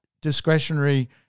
discretionary